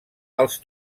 als